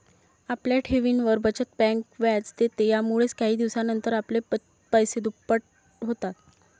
आपल्या ठेवींवर, बचत बँक व्याज देते, यामुळेच काही दिवसानंतर आपले पैसे दुप्पट होतात